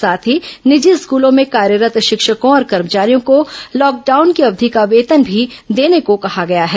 साथ ही निजी स्कूलों में कार्यरत् शिक्षकों और कर्मचारियों को लॉकडाउन की अवधि का वेतन भी देने को कहा गया है